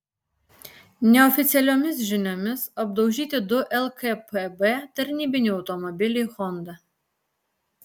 neoficialiomis žiniomis apdaužyti du lkpb tarnybiniai automobiliai honda